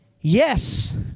yes